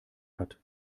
hat